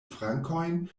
frankojn